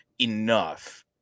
enough